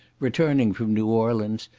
returning from new orleans,